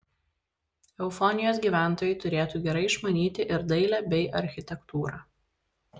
eufonijos gyventojai turėtų gerai išmanyti ir dailę bei architektūrą